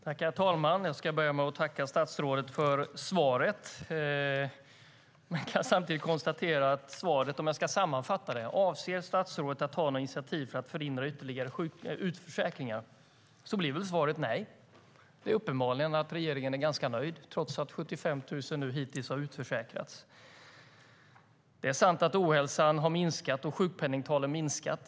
Herr talman! Jag ska börja med att tacka statsrådet för svaret. Jag kan samtidigt konstatera att svaret på frågan om statsrådet avser att ta några initiativ för att förhindra ytterligare utförsäkringar, om jag ska sammanfatta det, blir nej. Det är uppenbart att regeringen är ganska nöjd trots att 75 000 hittills har utförsäkrats. Det är sant att ohälsan och sjukpenningtalen har minskat.